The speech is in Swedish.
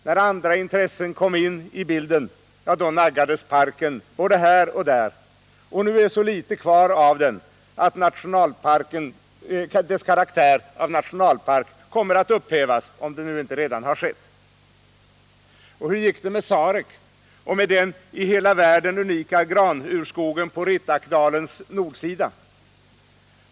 När andra intressen kom in i bilden naggades parken i kanten både här och där, och nu är så litet kvar av den att dess karaktär av nationalpark kommer att upphävas — om det inte redan har skett. Hur gick det med Sarek och den i hela världen unika granurskogen på Rittakdalens nordsida?